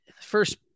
first